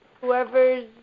whoever's